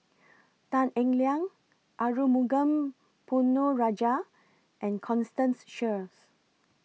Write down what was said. Tan Eng Liang Arumugam Ponnu Rajah and Constance Sheares